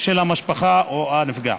של המשפחה או הנפגע.